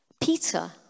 Peter